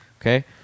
Okay